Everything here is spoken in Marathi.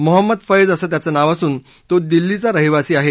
मोहम्मद फक्त असं त्याचं नाव असून तो दिल्लीचा रहिवासी आहे